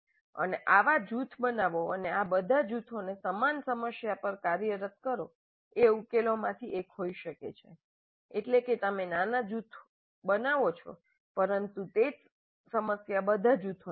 અને આવા જૂથો બનાવો અને આ બધા જૂથોને સમાન સમસ્યા પર કાર્યરત કરો એ ઉકેલોમાંથી એક હોઈ શકે છે એટલે કે તમે નાના જૂથો બનાવો છો પરંતુ તે જ સમસ્યા બધા જૂથોને આપો